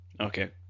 okay